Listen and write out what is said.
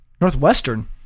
Northwestern